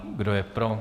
Kdo je pro?